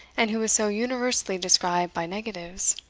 and who was so universally described by negatives.